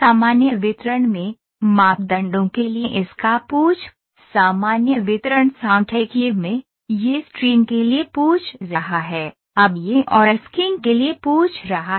सामान्य वितरण में मापदंडों के लिए इसका पूछ सामान्य वितरण सांख्यिकीय में यह स्ट्रीम के लिए पूछ रहा है अब यह σ और asking के लिए पूछ रहा है